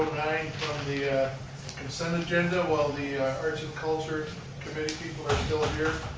the ah consent agenda while the arts and culture committee people